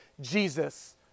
Jesus